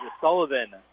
Sullivan